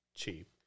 cheap